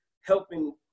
helping